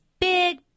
big